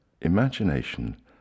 Imagination